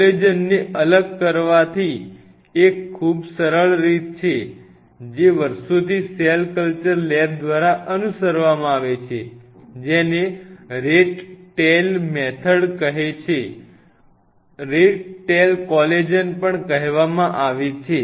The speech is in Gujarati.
કોલેજનને અલગ કરવાની એક ખૂબ જ સરળ રીત છે જે વર્ષોથી સેલ કલ્ચર લેબ દ્વારા અનુસરવામાં આવે છે જેને rat tail method rat tail collagen કહેવામાં આવે છે